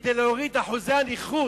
כדי להוריד את אחוזי הנכות,